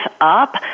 up